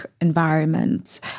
environment